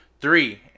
three